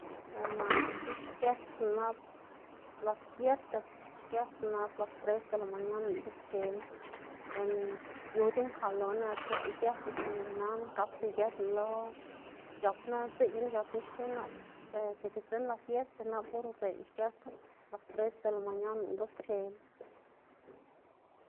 Ber naꞌ xki xgesná nap las siete xgesná nap las tres de la mañana lëꞌná c̲h̲uschela, ber yuc̲h̲a mkaꞌl loná xlaꞌ igesná, sinda nana gakda igesná lo c̲h̲apná dziꞌn c̲h̲apná xki nap tika sdzinn las siete nap or udze lëꞌná xgesla, las tres de la mañana lëꞌná guschela.